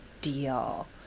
deal